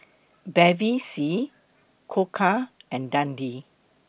Bevy C Koka and Dundee